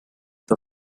the